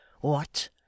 What